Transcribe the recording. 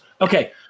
Okay